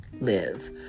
live